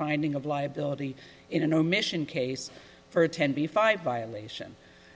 finding of liability in an omission case for ten p five violation